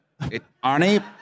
Arnie